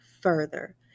further